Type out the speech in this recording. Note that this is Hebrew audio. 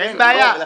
אין בעיה.